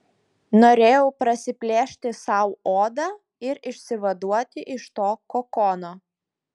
norėjau prasiplėšti sau odą ir išsivaduoti iš to kokono